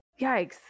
Yikes